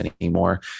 anymore